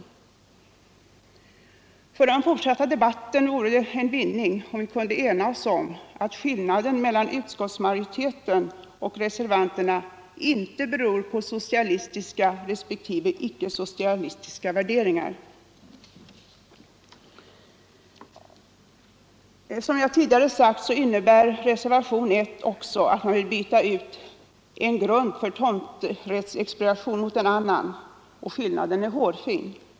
För den fortsatta debatten vore det en vinning om vi kunde enas om att skillnaden mellan utskottsmajoriteten och reservanterna inte beror på socialistiska respektive icke-socialistiska värderingar. Som jag tidigare sagt innebär reservationen 1 också att man vill byta ut en grund för tomträttsexpropriation mot en annan. Skillnaden är hårfin.